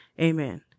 Amen